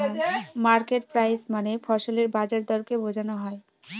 market price মানে ফসলের বাজার দরকে বোঝনো হয়